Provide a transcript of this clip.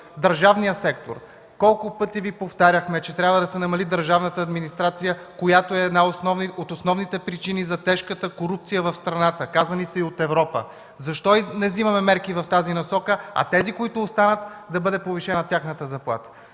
държавния сектор? Колко пъти Ви повтаряхме, че трябва да се намали държавната администрация, която е от основните причини за тежката корупция в страната? Каза ни се и от Европа. Защо не вземаме мерки в тази насока? А на тези, които останат, да им бъде повишена заплатата.